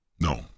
No